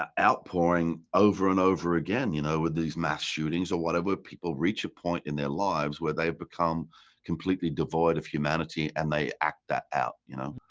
ah outpouring over and over again, you know with these mass shootings or whateverful people reach a point in their lives where they become completely de void of humanity and they act that out, you know.